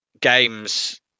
games